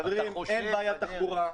חברים, אין בעיית תחבורה.